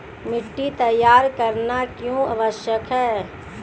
मिट्टी तैयार करना क्यों आवश्यक है?